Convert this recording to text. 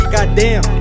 Goddamn